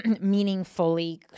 meaningfully